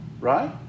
right